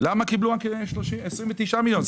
למה קיבלו רק 29 מיליון?